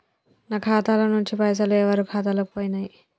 నా ఖాతా ల నుంచి పైసలు ఎవరు ఖాతాలకు పోయినయ్?